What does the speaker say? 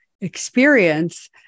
experience